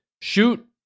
shoot